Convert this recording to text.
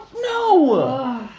no